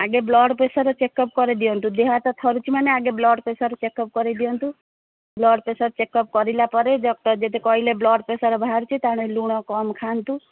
ଆଗେ blood pressure checkup କରି ଦିଅନ୍ତୁ ଦେହ ହାତ ଥରୁଛି ମାନେ ଆଗେ ବ୍ଲଡ୍ ପ୍ରେସର୍ ଚେକ୍ଅପ୍ କରେଇ ଦିଅନ୍ତୁ ବ୍ଲଡ୍ ପ୍ରେସର୍ ଚେକ୍ଅପ୍ କରିଲା ପରେ ଡକ୍ଟର ଯଦି କହିଲେ ବ୍ଲଡ୍ ପ୍ରେସର୍ ବାହାରୁଛି ତାହାଲେ ଲୁଣ କମ୍ ଖାଆନ୍ତୁ